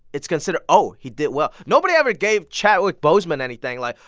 it's considered, oh, he did well. nobody ever gave chadwick boseman anything, like,